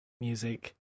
music